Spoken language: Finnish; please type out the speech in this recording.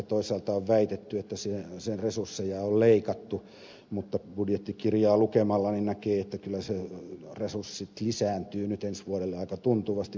toisaalta on väitetty että sen resursseja on leikattu mutta budjettikirjaa lukemalla näkee että kyllä sen resurssit lisääntyvät nyt ensi vuodelle aika tuntuvasti moninkertaistuvat